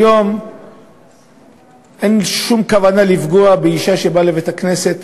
היום אין שום כוונה לפגוע באישה שבאה לבית-הכנסת,